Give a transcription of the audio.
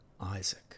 Isaac